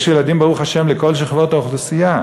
יש ילדים, ברוך השם, לכל שכבות האוכלוסייה,